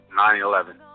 9-11